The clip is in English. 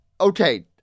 Okay